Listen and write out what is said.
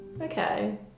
Okay